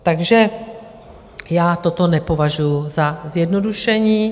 Takže já toto nepovažuji za zjednodušení.